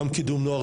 גם קידום נוער,